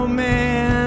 man